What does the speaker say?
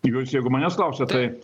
jūs jeigu manęs klausiat tai